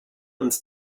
uns